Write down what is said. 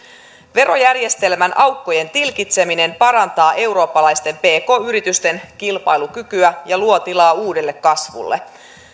verojärjestelmän aukkojen tilkitseminen parantaa eurooppalaisten pk yritysten kilpailukykyä ja luo tilaa uudelle kasvulle